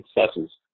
successes